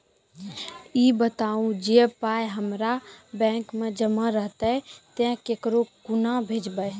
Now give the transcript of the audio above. ई बताऊ जे पाय हमर बैंक मे जमा रहतै तऽ ककरो कूना भेजबै?